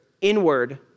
inward